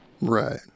Right